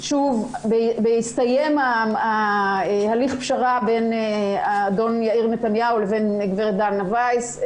בהסתיים הליך הפשרה בין האדון יאיר נתניהו לגברת דנה וייס,